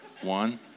One